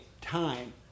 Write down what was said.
time